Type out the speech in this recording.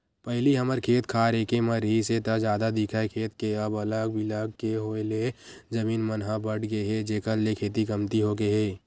पहिली हमर खेत खार एके म रिहिस हे ता जादा दिखय खेत के अब अलग बिलग के होय ले जमीन मन ह बटगे हे जेखर ले खेती कमती होगे हे